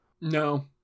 No